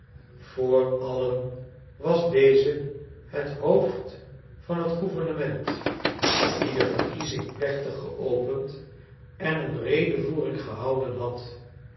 voor allen was deze het hoofd van het gouvernement die de verkiezing plechtig geopend en een redevoering gehouden had